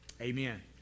Amen